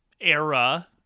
era